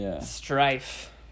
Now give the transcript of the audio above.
strife